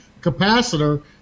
capacitor